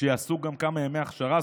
שיעשו גם כמה ימי הכשרה,